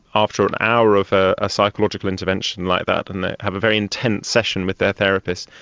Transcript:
after an hour of a psychological intervention like that, and they have a very intense session with their therapist,